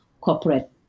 corporate